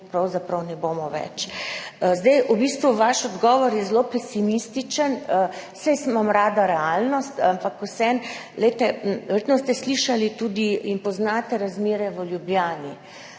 mi pravzaprav ne bomo več zmogli. Vaš odgovor je zelo pesimističen, saj imam rada realnost, ampak vseeno. Glejte, verjetno ste slišali in poznate razmere v Ljubljani.